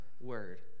word